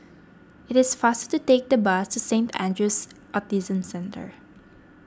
it is faster to take the bus to Saint andrew's Autism Centre